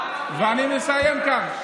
ואני מסיים כאן.